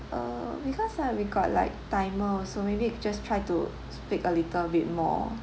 err because uh we got like timer also maybe just try to speak a little bit more